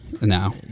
now